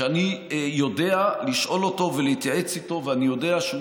שאני יודע לשאול אותו ולהתייעץ איתו ואני יודע שהוא